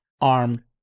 armed